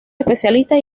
especialistas